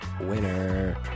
Winner